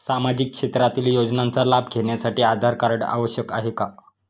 सामाजिक क्षेत्रातील योजनांचा लाभ घेण्यासाठी आधार कार्ड आवश्यक आहे का?